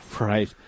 Right